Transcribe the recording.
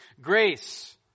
grace